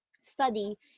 study